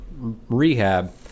Rehab